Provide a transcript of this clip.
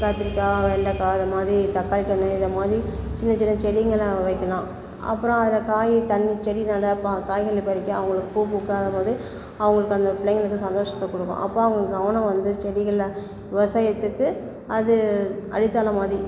கத்தரிக்காய் வெண்டைக்கா இந்த மாதிரி தக்காளி கன்று இந்த மாதிரி சின்ன சின்ன செடிங்கள்லாம் வைக்கலாம் அப்புறம் அதில் காய் தண்ணி செடி நல்லா காய்கறிகள் பறிக்க அவங்களுக்கு பூ பூக்காத போது அவங்களுக்கு அந்த பிள்ளைங்களுக்கு வந்து சந்தோஷத்தை கொடுக்கும் அப்போ அவங்க கவனம் வந்து செடிகளில் விவசாயத்துக்கு அது அடித்தளம் மாதிரி